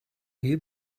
you